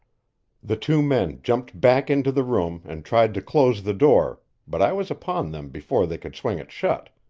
the two men jumped back into the room and tried to close the door, but i was upon them before they could swing it shut.